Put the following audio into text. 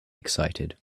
excited